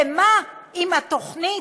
ומה אם התוכנית,